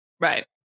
Right